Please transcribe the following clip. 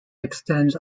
extends